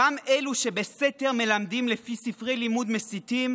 גם אלו שבסתר מלמדים לפי ספרי לימוד מסיתים,